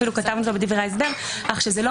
אפילו כתבנו את זה בדברי ההסבר אך שזה לא